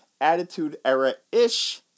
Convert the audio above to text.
attitude-era-ish